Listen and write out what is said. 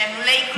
שהם לולי כלובים,